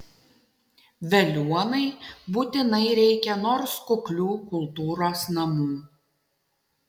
veliuonai būtinai reikia nors kuklių kultūros namų